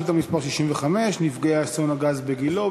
שאילתה מס' 65: נפגעי אסון הגז בגילה.